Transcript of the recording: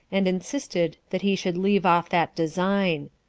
and insisted that he should leave off that design.